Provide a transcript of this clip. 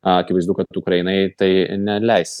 akivaizdu kad ukrainai tai neleis